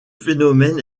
phénomène